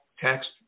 text